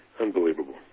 Unbelievable